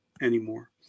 anymore